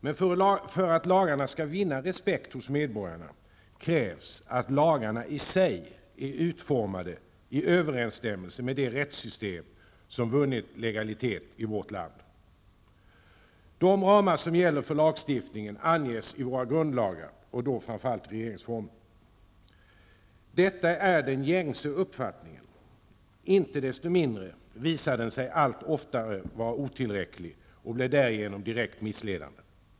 Men för att lagar skall vinna respekt hos medborgarna krävs att lagarna i sig är utformade i överensstämmelse med det rättssystem som vunnit legalitet i vårt land. De ramar som gäller för lagstiftningen anges i våra grundlagar och då framför allt i regeringsformen. Detta är den gängse uppfattningen. Inte desto mindre visar den sig allt oftare vara otillräcklig och blir därigenom direkt missledande.